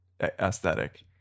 aesthetic